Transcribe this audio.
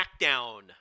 SmackDown